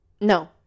No